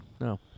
No